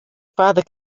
father